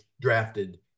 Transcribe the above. drafted